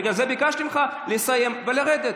בגלל זה ביקשתי ממך לסיים ולרדת.